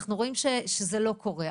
אנחנו רואים שזה לא קורה.